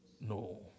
No